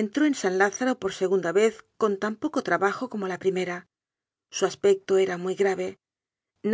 entró en san lázaro por segunda vez con tan poco trabajo como la primera s u aspecto era muy grave